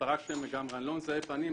אני לא מזהה פנים,